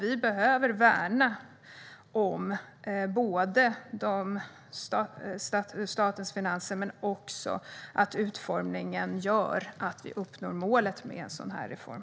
Vi behöver både värna statens finanser och se till att utformningen gör att vi uppnår målet med en sådan här reform.